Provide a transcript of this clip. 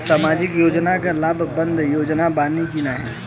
सामाजिक योजना क लाभ बदे योग्य बानी की नाही?